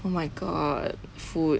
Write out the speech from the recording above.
oh my god food